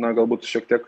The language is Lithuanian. na galbūt šiek tiek